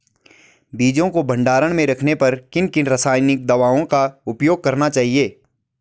बीजों को भंडारण में रखने पर किन किन रासायनिक दावों का उपयोग करना चाहिए?